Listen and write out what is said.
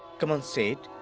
c'mon, say it.